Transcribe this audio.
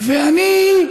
ואני,